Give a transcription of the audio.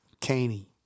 Caney